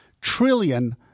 trillion